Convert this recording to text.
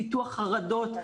פיתוח חרדות,